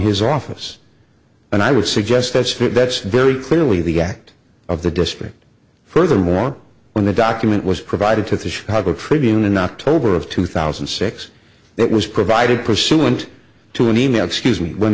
his office and i would suggest as for that's very clearly the act of the district furthermore when the document was provided to the chicago tribune in october of two thousand and six that was provided pursuant to an e mail excuse me when